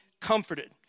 comforted